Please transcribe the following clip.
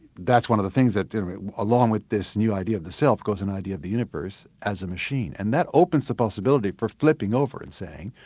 that's one of the things that along with this new idea of the self, goes an idea of the universe as a machine. and that opens the possibility for flipping over and saying,